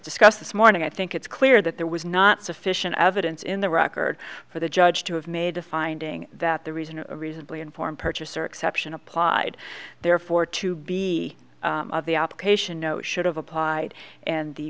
discussed this morning i think it's clear that there was not sufficient evidence in the record for the judge to have made a finding that the reason a reasonably informed purchaser exception applied therefore to be the application no should have applied and the